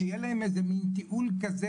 שיהיה להם תיעול כזה,